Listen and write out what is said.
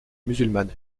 musulmane